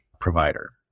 provider